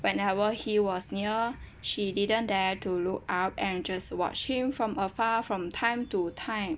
whenever he was near she didn't dare to look up and just watch him for afar from time to time